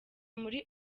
muri